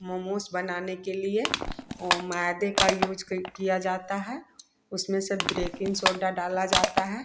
मोमोस बनाने के लिए ओ मैदे का यूज किया जाता है उसमें से बेकिंग सोडा डाला जाता है